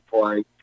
play